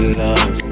love